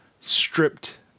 stripped